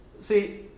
See